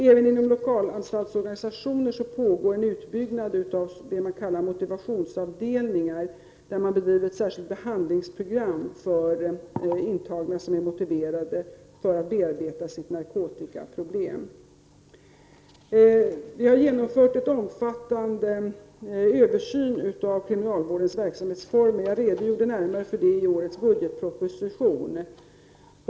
Även inom lokalanstaltsorganisationen pågår en utbyggnad av vad man kallar motivationsavdelningar, där man bedriver ett sär Vi har genomfört en omfattande översyn av kriminalvårdens verksamhetsformer. Jag redogjorde närmare för det i årets budgetproposition.